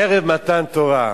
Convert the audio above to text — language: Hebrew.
ערב מתן תורה?